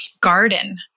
garden